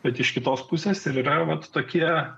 bet iš kitos pusės ir yra vat tokie